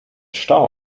stau